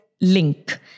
Link